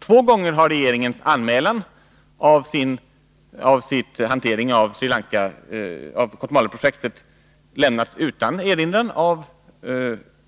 Två gånger har regeringens anmälan av sin hantering av Kotmaleprojektet lämnats utan erinran av